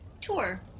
tour